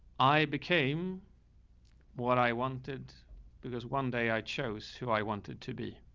i became what i wanted because one day i chose who i wanted to be.